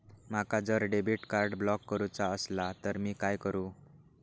माका जर debit card block करूचा असला तर मी काय करू?